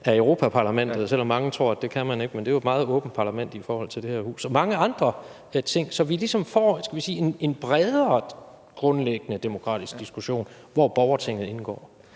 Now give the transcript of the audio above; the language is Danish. af Europa-Parlamentet – selv om mange tror, at man ikke kan det, men det er jo et meget åbent parlament i forhold til dette hus – og mange andre ting, så vi ligesom får en bredere, grundlæggende demokratisk diskussion, hvor borgertinget indgår.